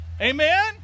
Amen